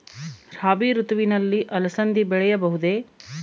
ರಾಭಿ ಋತುವಿನಲ್ಲಿ ಅಲಸಂದಿ ಬೆಳೆಯಬಹುದೆ?